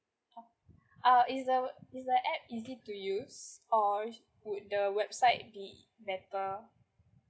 oh uh is the is the app easy to use or would the website be better